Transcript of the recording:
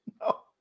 No